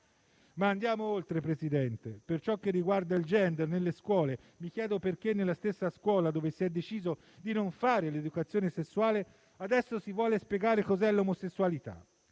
Ma andiamo oltre, Presidente. Per ciò che riguarda il gender nelle scuole, mi chiedo perché, nella stessa scuola dove si è deciso di non fare l'educazione sessuale, adesso si voglia spiegare cos'è l'omosessualità.